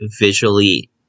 visually